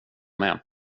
med